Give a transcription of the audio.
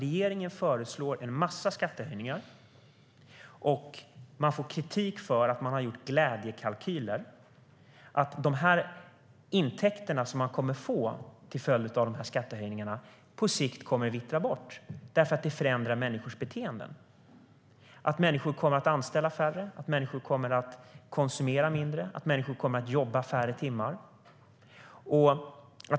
Regeringen föreslår en mängd skattehöjningar och får kritik för att man gjort glädjekalkyler, att de intäkter man kommer att få till följd av skattehöjningarna på sikt kommer att vittra bort eftersom de förändrar människors beteenden. Färre människor kommer att anställas. Människor kommer att konsumera mindre och jobba färre timmar.